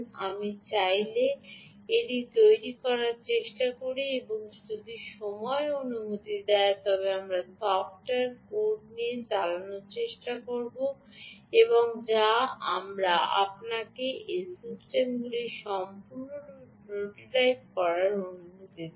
আমি চাইলে এটি তৈরি করার চেষ্টা করি এবং যদি সময় অনুমতি দেয় তবে আমরা সফ্টওয়্যার কোড দিয়ে চালানোর চেষ্টা করব যা আমরা আপনাকে এই সিস্টেমটিকে সম্পূর্ণরূপে প্রোটোটাইপ করার অনুমতি দেব